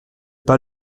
pas